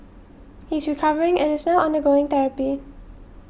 he is recovering and is now undergoing therapy